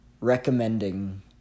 recommending